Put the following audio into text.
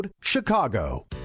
Chicago